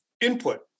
input